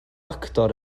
actor